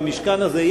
במשכן הזה,